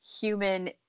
human